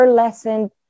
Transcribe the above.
lessened